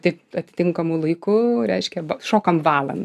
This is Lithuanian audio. tik atitinkamu laiku reiškia va šokam valandą